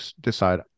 decide